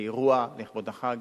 לאירוע לכבוד החג,